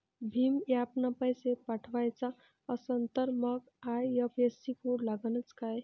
भीम ॲपनं पैसे पाठवायचा असन तर मंग आय.एफ.एस.सी कोड लागनच काय?